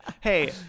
Hey